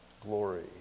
glory